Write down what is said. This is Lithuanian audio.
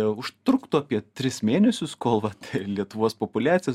užtruktų apie tris mėnesius kol vat lietuvos populiacija